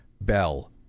bell